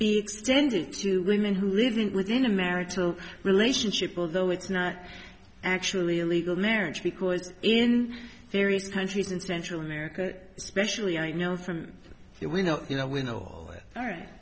be extended to women who are living within a marital relationship although it's not actually a legal marriage because in various countries in central america especially i know from it we know you know we know all right